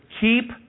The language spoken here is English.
keep